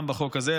גם בחוק הזה,